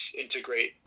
integrate